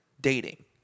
dating